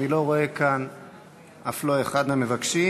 אני לא רואה כאן אף לא אחד מהמבקשים.